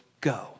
Go